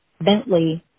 Bentley